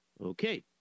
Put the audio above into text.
Okay